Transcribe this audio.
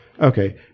Okay